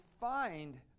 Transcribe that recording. find